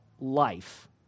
life